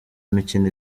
imikino